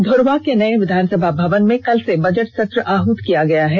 धर्वा के नए विधानसभा भवन में कल से बजट सत्र आहत किया गया है